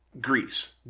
Greece